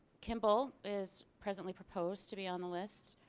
kimball is presently proposed to be on the list.